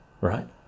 right